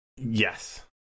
yes